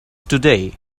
today